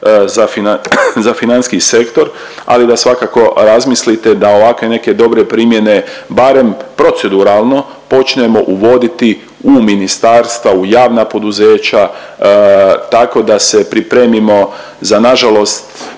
za financijski sektor, ali da svakako razmislite da ovakve neke dobre primjene barem proceduralno počnemo uvoditi u ministarstva, u javna poduzeća, tako da se pripremimo za nažalost